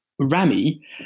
Rami